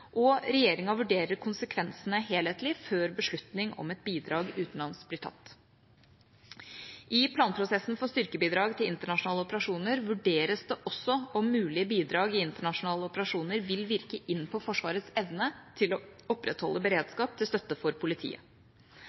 og regjeringa vurderer konsekvensene helhetlig før beslutning om et bidrag utenlands blir tatt. I planprosessen for styrkebidrag til internasjonale operasjoner vurderes det også om mulige bidrag i internasjonale operasjoner vil virke inn på Forsvarets evne til å opprettholde beredskap til støtte for politiet.